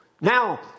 Now